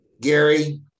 Gary